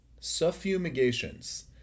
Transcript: suffumigations